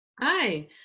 Hi